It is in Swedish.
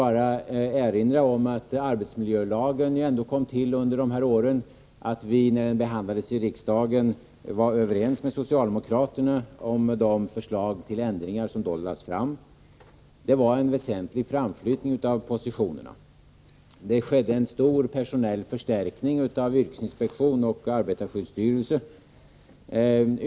Jag kan erinra om att arbetsmiljölagen kom till under dessa år och att vi när propositionen behandlades i riksdagen var överens med socialdemokraterna om de förslag till ändringar som då lades fram. Det var fråga om en väsentlig framflyttning av positionerna. Det skedde en stor personell förstärkning av yrkesinspektionen och av arbetarskyddsstyrelsen.